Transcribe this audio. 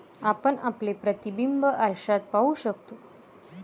आपण आपले प्रतिबिंब आरशात पाहू शकतो